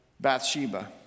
Bathsheba